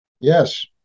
Yes